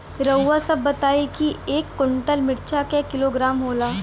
रउआ सभ बताई एक कुन्टल मिर्चा क किलोग्राम होला?